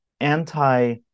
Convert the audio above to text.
anti